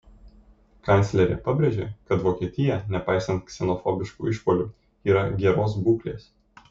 kanclerė pabrėžė kad vokietija nepaisant ksenofobiškų išpuolių yra geros būklės